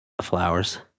Flowers